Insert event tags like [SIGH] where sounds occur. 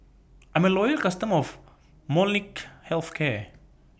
I'm A Loyal customer of Molnylcke Health Care [NOISE]